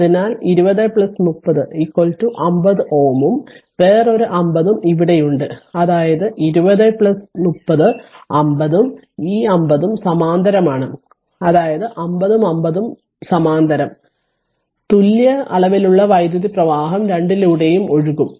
അതിനാൽ 20 30 50 Ω ഉം വേറൊരു 50 ഉം ഇവിടെയുണ്ട് അതായത് ഈ 20 30 50 Ω ഉം ഈ 50 Ω ഉം സമാന്തരമാണ് അതായത് 50 ഉം 50 ഉം രണ്ടും സമാന്തരമാണ് അതായത് തുല്യ അളവിലുള്ള വൈദ്യുത പ്രവാഹം രണ്ടിലൂടെയും ഒഴുകും